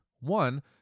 One